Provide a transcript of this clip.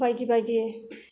बायदि बायदि